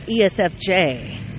ESFJ